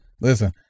listen